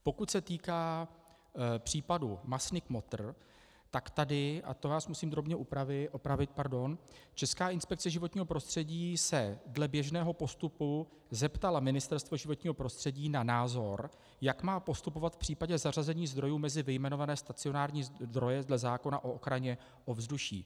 Pokud se týká případu masny Kmotr, tak tady, a to vás musím drobně opravit, se Česká inspekce životního prostředí dle běžného postupu zeptala Ministerstva životního prostředí na názor, jak má postupovat v případě zařazení zdrojů mezi vyjmenované stacionární zdroje dle zákona o ochraně ovzduší.